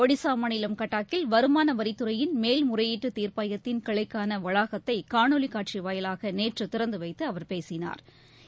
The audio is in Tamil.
ஒட் ஸாமாநிலம் கட்டாக்கில் வருமானவரித்துறையின் மேல்முறையீட்டுதீர்ப்பாயத்தின் கிளைக்கானவளாகத்தைகாணொலிகாட்சிவாயிலாகநேற்றுதிறந்துவைத்துஅவா் பேசினாா்